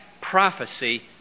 prophecy